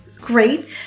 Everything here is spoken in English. great